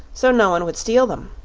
so no one would steal them.